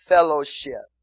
Fellowship